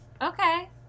Okay